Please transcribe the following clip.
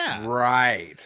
Right